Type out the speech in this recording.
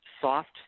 soft